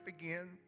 again